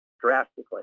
drastically